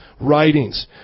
writings